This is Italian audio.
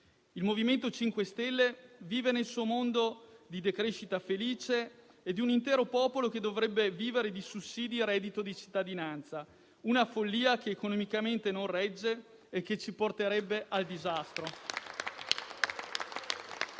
Il MoVimento 5 Stelle vive nel suo mondo di decrescita felice e di intero popolo che dovrebbe vivere di sussidi e reddito di cittadinanza: una follia che economicamente non regge e che ci porterebbe al disastro.